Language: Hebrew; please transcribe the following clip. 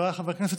חבריי חברי הכנסת,